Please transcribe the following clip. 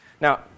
Now